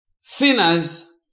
sinners